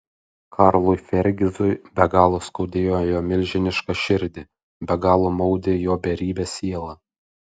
karlui fergizui be galo skaudėjo jo milžinišką širdį be galo maudė jo beribę sielą